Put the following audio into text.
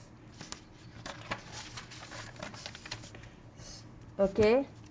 okay